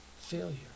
failure